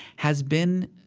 has been,